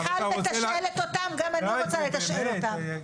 כמו שמיכל מתשאלת אותם, גם אני רוצה לתשאל אותם.